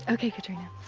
okay, katrina.